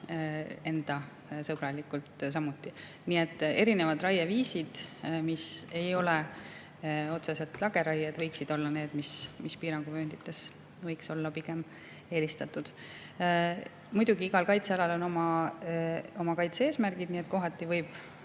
inimsõbralikult samuti. Nii et erinevad raieviisid, mis ei ole otseselt lageraied, võiksid olla need, mis piiranguvööndites võiks olla pigem eelistatud. Muidugi, igal kaitsealal on oma kaitse-eesmärgid, nii et kohati võib